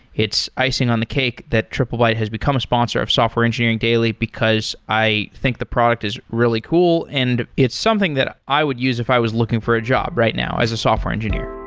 it's icing on the cake that triplebyte has become sponsor of software engineering daily because i think the product is really cool and it's something that i would use if i was looking for a job right now as a software engineer.